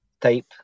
type